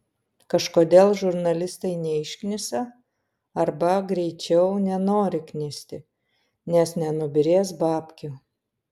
kažkodėl žurnalistai neišknisa arba greičiau nenori knisti nes nenubyrės babkių